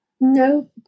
No